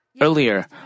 earlier